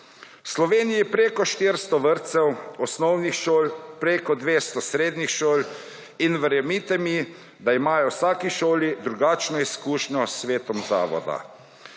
Sloveniji je preko 400 vrtcev, osnovnih šol, preko 200 srednjih šol. In verjemite mi, da imajo v vsaki šoli drugačno izkušnjo s svetom zavoda.